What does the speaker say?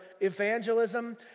evangelism